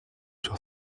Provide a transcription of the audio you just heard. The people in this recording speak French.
sur